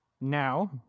now